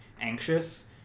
anxious